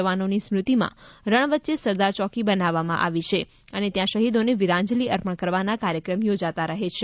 જવાનોની સ્મૃતિમાં રણ વચ્ચે સરદાર ચોકી બનાવવામાં આવી છે અને ત્યાં શહીદોને વિરંજલી અર્પણ કરવાના કાર્યક્રમ ચોજાતા રહે છે